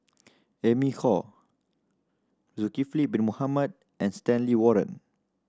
Amy Khor Zulkifli Bin Mohamed and Stanley Warren